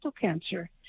cancer